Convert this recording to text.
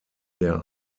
der